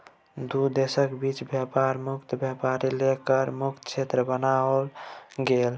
दू देशक बीच बेपार मुक्त बेपार लेल कर मुक्त क्षेत्र बनाओल गेल